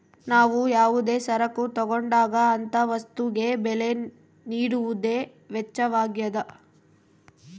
ನಾವು ಯಾವುದೇ ಸರಕು ತಗೊಂಡಾಗ ಅಂತ ವಸ್ತುಗೆ ಬೆಲೆ ನೀಡುವುದೇ ವೆಚ್ಚವಾಗ್ಯದ